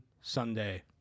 Sunday